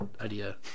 idea